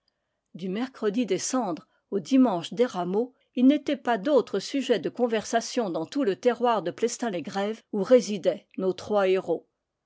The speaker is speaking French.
du mercredi des cendres au dimanche des rameaux il n'était pas d'autre sujet de conversation dans tout le terroir de plestin les grèves où résidaient nos trois héros